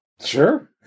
sure